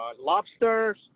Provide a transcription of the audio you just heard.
lobsters